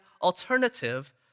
alternative